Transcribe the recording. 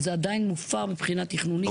זה עדיין מופר מבחינה תכנונית.